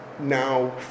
Now